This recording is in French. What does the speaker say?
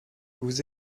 vous